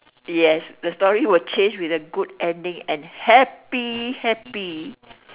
yes the story will change with a good ending and happy happy